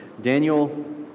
Daniel